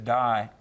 die